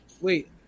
Wait